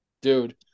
Dude